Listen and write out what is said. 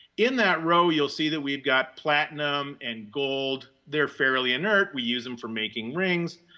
in that row you'll see that we've got platinum and gold. they're fairly inert, we use them for making rings.